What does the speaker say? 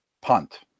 punt